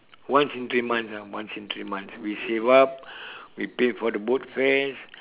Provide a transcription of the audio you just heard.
once in three months ah once in three months we saved up we paid for the boat fares